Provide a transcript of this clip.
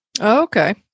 Okay